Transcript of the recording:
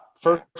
First